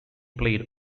played